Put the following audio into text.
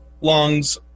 lungs